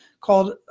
called